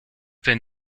been